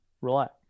relax